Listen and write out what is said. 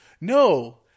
no